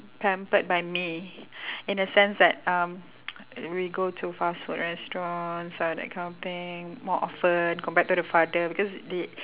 pampered by me in a sense that um we go to fast food restaurants ah that kind of thing more often compared to the father because they